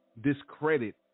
discredit